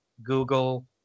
google